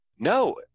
No